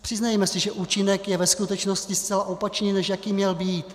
Přiznejme si, že účinek je ve skutečnosti zcela opačný, než jaký měl být.